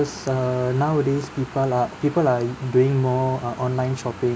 cause err nowadays people are people are doing more uh online shopping